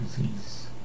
disease